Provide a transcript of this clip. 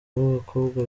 b’abakobwa